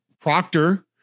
Proctor